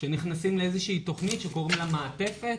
שנכנסים לאיזה שהיא תוכנית שקוראים לה מעטפת,